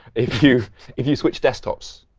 if you if you switch desktops,